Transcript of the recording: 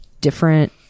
different